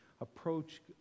approach